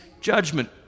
judgment